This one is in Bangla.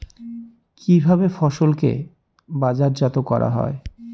কিভাবে ফসলকে বাজারজাত করা হয়?